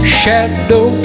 shadow